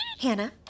Hannah